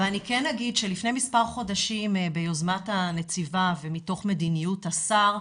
ואני כן אגיד שלפני מס' חודשים ביוזמת הנציבה ומתוך מדיניות השר,